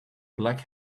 black